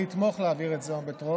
אני אתמוך בלהעביר את זה היום בטרומית.